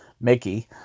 Mickey